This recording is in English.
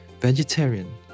vegetarian